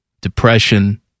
depression